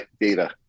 data